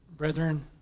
Brethren